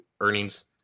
earnings